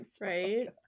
Right